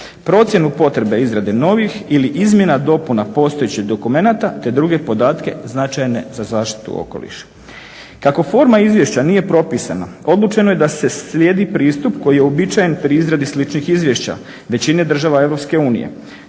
procjenu potrebe izrade novih ili izmjena dopuna postojećih dokumenata te druge podatke značajne za zaštitu okoliša. Kako forma izvješća nije propisana odlučeno je da se slijedi pristup koji je uobičajen pri izradi sličnih izvješća većine država EU.